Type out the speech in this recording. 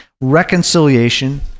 reconciliation